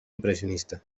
impressionista